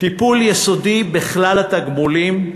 טיפול יסודי בכלל התמלוגים.